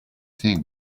thing